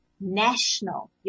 national